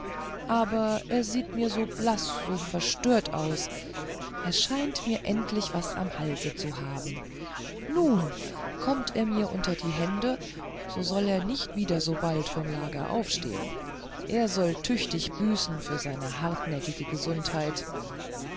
aber er sieht mir so blaß so verstört aus er scheint mir endlich was am halse zu haben nun kommt er mir unter die hände so soll er nicht wieder so bald vom lager aufstehen er soll tüchtig büßen für seine hartnäckige gesundheit